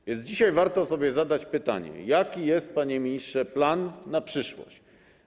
A więc dzisiaj warto sobie zadać pytanie: Jaki jest, panie ministrze, plan na przyszłość?